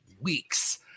weeks